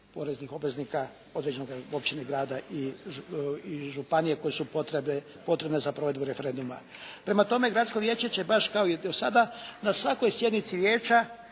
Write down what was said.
poreznih obveznika određene općine, grada i županije koje su potrebne za provedbu referenduma. Prema tome, gradsko vijeće će baš kao i do sada na svakoj sjednici vijeća